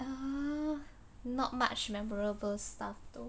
uh not much memorable stuff though